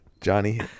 Johnny